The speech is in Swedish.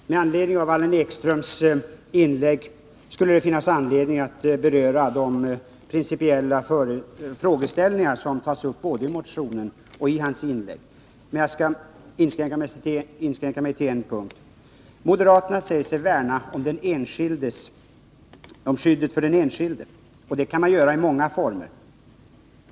Herr talman! Med anledning av Allan Ekströms inlägg skulle det finnas anledning att ytterligare beröra de principiella frågeställningar som tas upp både i motionen och i hans inlägg. Jag skall dock inskränka mig till en punkt. Moderaterna säger sig värna om skyddet för den enskilde. Det kan man göra i många former.